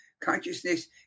Consciousness